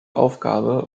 aufgabe